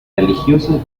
religiosas